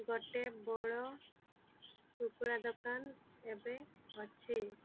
ଗୋଟେ ବଡ଼ କୁକୁଡ଼ା ଦୋକାନ ଏବେ ଅଛି